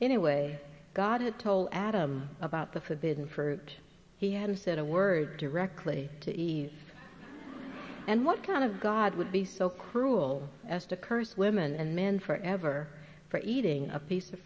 a way god had told adam about the forbidding for he had said a word directly to ease and what kind of god would be so cruel as to curse women and men forever for eating a piece of